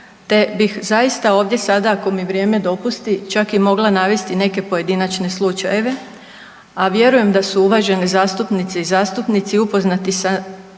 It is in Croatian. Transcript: te bih zaista ovdje sada ako mi vrijeme dopusti čak i mogla navesti neke pojedinačne slučajeve, a vjerujem da su uvažene zastupnice i zastupnici upoznati sa